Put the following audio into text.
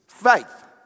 faith